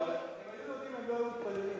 הם היו יהודים, הם לא היו מתפללים.